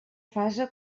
fase